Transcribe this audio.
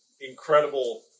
incredible